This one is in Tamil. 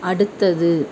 அடுத்தது